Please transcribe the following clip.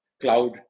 cloud